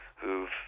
who've